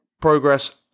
progress